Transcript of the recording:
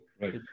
Right